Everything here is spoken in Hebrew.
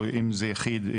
או אם זה יחיד,